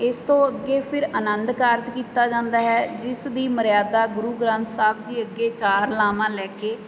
ਇਸ ਤੋਂ ਅੱਗੇ ਫਿਰ ਆਨੰਦ ਕਾਰਜ ਕੀਤਾ ਜਾਂਦਾ ਹੈ ਜਿਸ ਦੀ ਮਰਿਆਦਾ ਗੁਰੂ ਗ੍ਰੰਥ ਸਾਹਿਬ ਜੀ ਅੱਗੇ ਚਾਰ ਲਾਵਾਂ ਲੈ ਕੇ